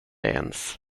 ens